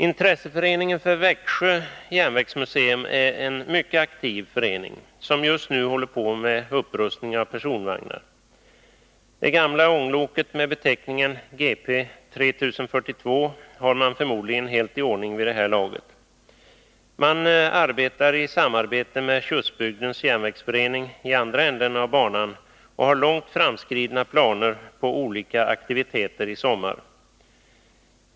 Intresseföreningen för Växjö järnvägsmuseum är en mycket aktiv förening, som just nu håller på med upprustning av personvagnar. Det gamla ångloket med beteckningen Gp 3042 har man förmodligen helt i ordning vid det här laget. Man samarbetar med Tjustbygdens järnvägsförening i andra änden av banan, och man har långt framskridna planer på olika aktiviteter i sommar.